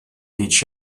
teach